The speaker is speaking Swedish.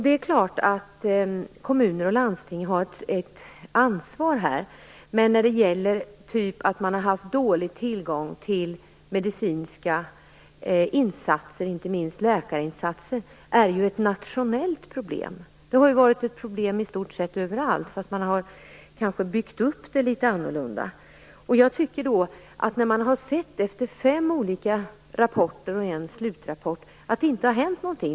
Det är klart att kommuner och landsting här har ett ansvar. Men att människor har haft dålig tillgång till medicinska insatser, inte minst läkarinsatser, är ett nationellt problem. Det har varit ett problem i stort sett överallt, även om man kanske har byggt upp det litet annorlunda. Efter fem olika rapporter och en slutrapport har det inte hänt någonting.